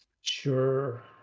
sure